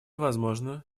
возможно